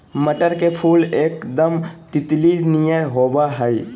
मटर के फुल एकदम तितली नियर होबा हइ